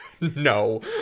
no